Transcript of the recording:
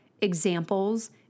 examples